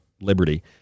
liberty